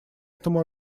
этому